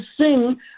sing